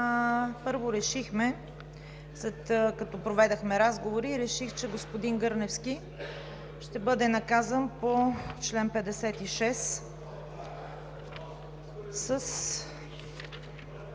съвет и след като проведохме разговори, решихме, че господин Гърневски ще бъде наказан по чл. 156 с